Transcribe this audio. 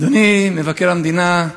אדוני מבקר המדינה,